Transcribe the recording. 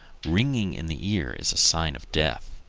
ringing in the ears is a sign of death.